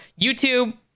YouTube